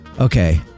okay